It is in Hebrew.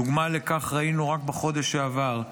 דוגמה לכך ראינו רק בחודש שעבר,